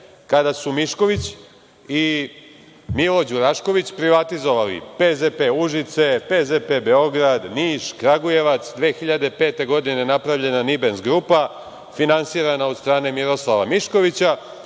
kada su Mišković i Milo Đurašković privatizovali PZP Užice, PZP Beograd, Niš, Kragujevac, 2005. godine napravljena „Nibens grupa“, finansirana od strane Miroslava Miškovića.